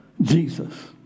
Jesus